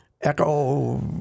echo